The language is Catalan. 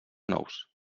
nous